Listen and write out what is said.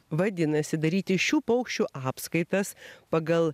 vadinasi daryti šių paukščių apskaitas pagal